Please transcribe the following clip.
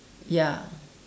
ya